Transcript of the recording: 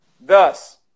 Thus